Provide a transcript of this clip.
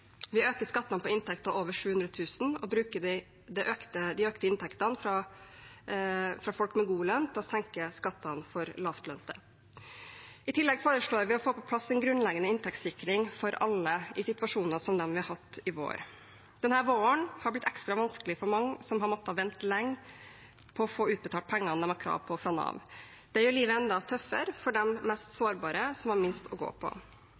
Vi øker skattene på inntekter på over 700 000 kr og bruker de økte inntektene fra folk med god lønn til å senke skattene for lavtlønte. I tillegg foreslår vi å få på plass en grunnleggende inntektssikring for alle i situasjoner som den vi har hatt i vår. Denne våren har blitt ekstra vanskelig for mange som har måttet vente lenger på å få utbetalt pengene de har krav på fra Nav. Det gjør livet enda tøffere for de mest sårbare, som har minst å gå på. Vi behandler i dag et forslag fra Rødt som peker på